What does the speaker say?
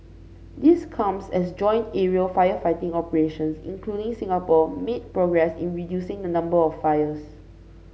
this comes as joint aerial firefighting operations including Singapore made progress in reducing the number of fires